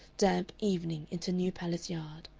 damp evening into new palace yard,